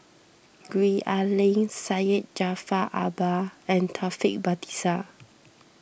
Gwee Ah Leng Syed Jaafar Albar and Taufik Batisah